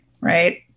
Right